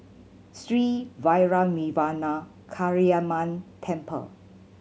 Sri Vairavimada Kaliamman Temple